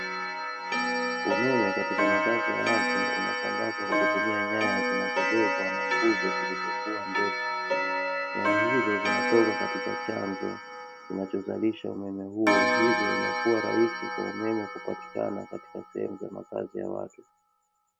Umeme katika makazi ya watu unasambazwa kwa kutumia nyaya zinazobebwa na nguzo zilizokuwa ndefu, nyaya hizo zinatoka katika chanzo kinachozalisha umeme huo hivyo inakuwa rahisi kwa umeme kupatikana katika sehemu za makazi ya watu.